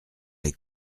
les